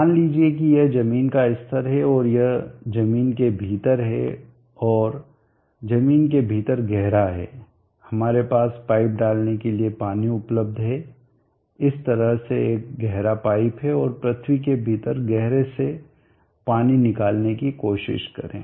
मान लीजिए कि यह जमीन का स्तर है और यह जमीन के भीतर है और जमीन के भीतर गहरा है हमारे पास पाइप डालने के लिए पानी उपलब्ध है इस तरह से एक गहरा पाइप है और पृथ्वी के भीतर गहरे से पानी निकालने की कोशिश करें